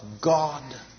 God